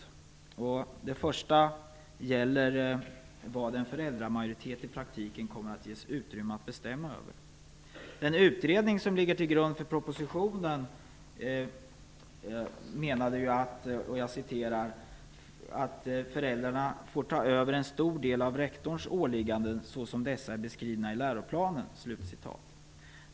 Det gäller för det första gäller vad en föräldramajoritet i praktiken kommer att ges utrymme att bestämma över. Den utredning som ligger till grund för propositionen menade att föräldrarna skulle kunna "få ta över en stor del av rektorns åligganden så som dessa är beskrivna i läroplanen".